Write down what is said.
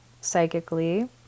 psychically